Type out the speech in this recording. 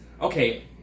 okay